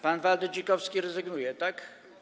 Pan Waldy Dzikowski rezygnuje, tak?